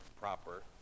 proper